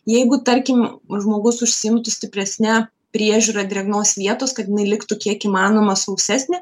jeigu tarkim žmogus užsiimtų stipresne priežiūra drėgnos vietos kad jinai liktų kiek įmanoma sausesnė